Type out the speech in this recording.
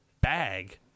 Bag